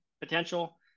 potential